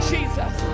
Jesus